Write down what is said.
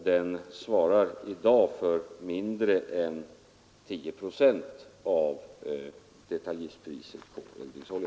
Den svarar i dag för mindre än 10 procent av detaljistpriset på eldningsolja.